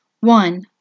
one